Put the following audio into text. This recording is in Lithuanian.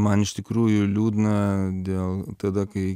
man iš tikrųjų liūdna dėl tada kai